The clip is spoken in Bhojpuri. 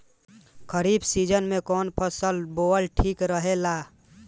खरीफ़ सीजन में कौन फसल बोअल ठिक रहेला ह?